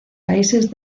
países